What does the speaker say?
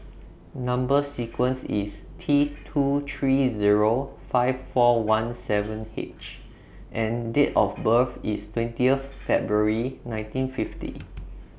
Number sequence IS T two three Zero five four one seven H and Date of birth IS twentieth February nineteen fifty